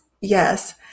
yes